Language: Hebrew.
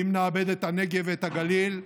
אם נאבד את הנגב ואת הגליל,